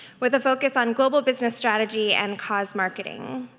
with a focus on global business strategy and cos marketing.